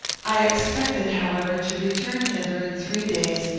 i expected, however, to return hither in three days,